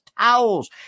towels